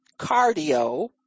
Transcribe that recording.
cardio